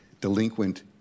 delinquent